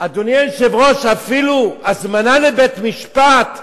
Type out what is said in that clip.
אדוני היושב-ראש, אפילו הזמנה לבית-משפט,